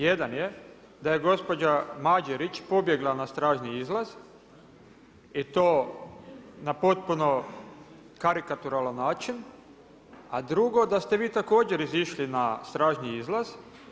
Jedan je da je gospođa Mađerić pobjegla na stražnji izlaz i to na potpuno karikaturalan način, a drugo da ste vi također izišli na stražnji izlaz.